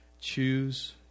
choose